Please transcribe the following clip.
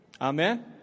Amen